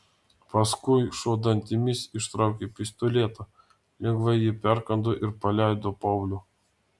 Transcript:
paskui šuo dantimis ištraukė pistoletą lengvai jį perkando ir paleido paulių